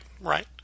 right